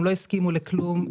הם לא הסכימו לכלום.